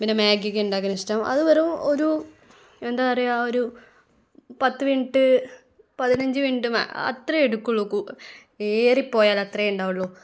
പിന്ന മാഗ്ഗിയൊക്കെ ഉണ്ടാക്കാനിഷ്ടം അത് വെറും ഒരു എന്താ പറയുക ഒരു പത്ത് മിനിറ്റ് പതിനഞ്ച് മിനിറ്റ് അത്രയേ എടുക്കുകയുള്ളു ഏറിപ്പോയാൽ അത്രയേ ഉണ്ടാവുകയുള്ളു